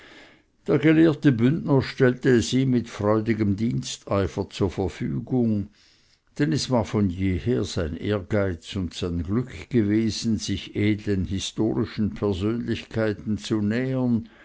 der gelehrte bündner stellte es ihm mit freudigem diensteifer zur verfügung denn es war von jeher sein ehrgeiz und sein glück gewesen sich edeln historischen persönlichkeiten zu nähern